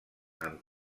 amb